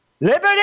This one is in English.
Liberty